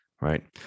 right